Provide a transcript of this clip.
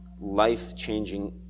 life-changing